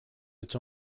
its